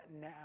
now